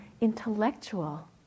intellectual